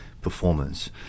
performance